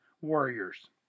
Warriors